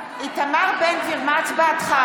איתמר בן גביר, מה הצבעתך?